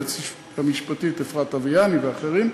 היועצת המשפטית אפרת אביאני ואחרים.